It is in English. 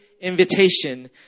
invitation